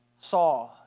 saw